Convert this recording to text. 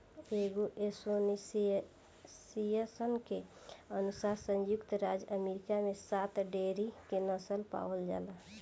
एगो एसोसिएशन के अनुसार संयुक्त राज्य अमेरिका में सात डेयरी के नस्ल पावल जाला